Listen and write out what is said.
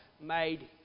made